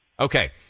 Okay